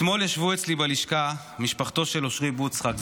אתמול ישבה אצלי בלשכה משפחתו של אושרי בוצחק,